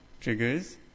triggers